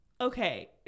okay